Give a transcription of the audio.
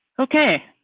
okay,